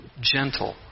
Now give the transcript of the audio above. Gentle